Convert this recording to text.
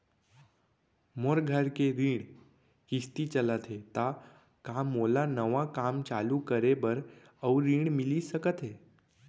मोर घर के ऋण के किसती चलत हे ता का मोला नवा काम चालू करे बर अऊ ऋण मिलिस सकत हे?